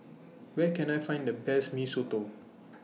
Where Can I Find The Best Mee Soto